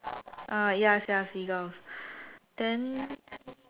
ah yes sia seagulls then